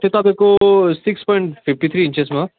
त्यो तपाईँको six point fifty three इन्चेसमा